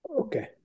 Okay